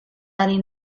ari